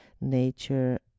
nature